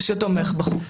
שתומך בחוק